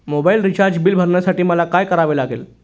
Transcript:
Mobile recharge bill भरण्यासाठी मला काय करावे लागेल?